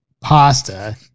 pasta